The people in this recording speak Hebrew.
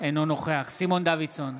אינו נוכח סימון דוידסון,